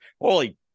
Holy